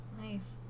Nice